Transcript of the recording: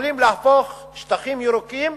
יכולים להפוך שטחים ירוקים